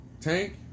Tank